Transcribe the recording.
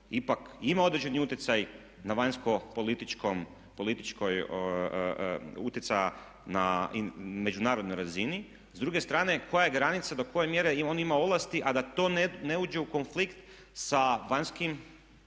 ipak ima određeni utjecaj na vanjsko-političkoj, utjecaja na međunarodnoj razini. S druge strane, koja je granica do koje mjere on ima ovlasti a da to ne uđe u konflikt sa vanjskom